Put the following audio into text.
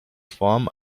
form